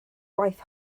gwaith